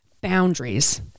boundaries